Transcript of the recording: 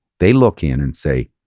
they look in and say,